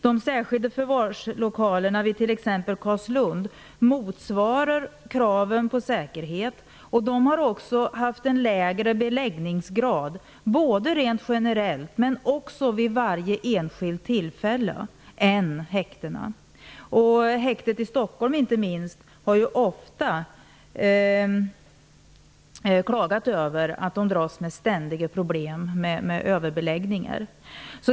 De särskilda förvarslokalerna vid t.ex. Carlslund motsvarar kraven på säkerhet och de har också haft en lägre beläggningsgrad än häktena, både rent generellt och vid varje enskilt tillfälle. Inte minst häktet i Stockholm har ofta klagat över att man dras med ständiga problem med överbeläggning.